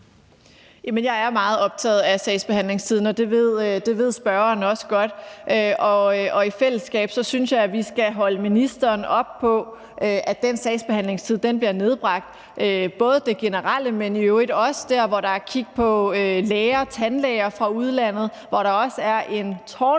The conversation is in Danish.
jeg er meget optaget af sagsbehandlingstiden, og det ved spørgeren også godt. Og jeg synes, at vi i fællesskab skal holde ministeren op på, at den sagsbehandlingstid bliver nedbragt – både den generelle, men i øvrigt også der, hvor der er kig på læger og tandlæger fra udlandet, hvor der også er en urimelig